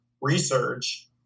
research